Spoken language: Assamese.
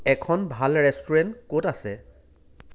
এখন ভাল ৰেষ্টুৰেণ্ট ক'ত আছে